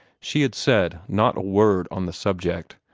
she had said not a word on the subject,